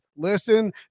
Listen